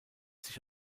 sich